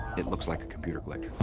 it looks like a computer glitch.